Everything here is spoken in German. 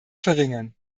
verringern